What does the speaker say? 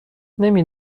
نمی